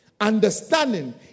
understanding